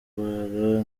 urwara